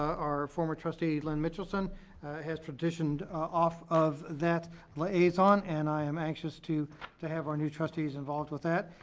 our former trustee lynn mitchelson has traditioned off of that liaison and i am anxious to to have our new trustees involved with that,